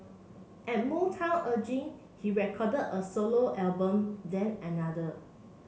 at Motown urging he recorded a solo album then another